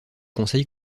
conseil